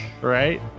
right